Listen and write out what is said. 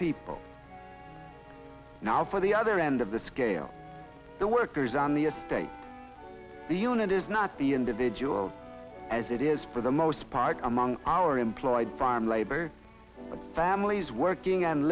people now for the other end of the scale the workers on the estate the unit is not the individual as it is for the most part among our employed farm labor families working